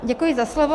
Děkuji za slovo.